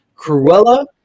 Cruella